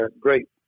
great